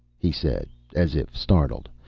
he said, as if startled.